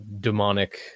demonic